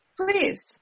Please